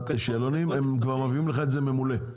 שאלונים הם כבר מביאים לך את זה ממולא,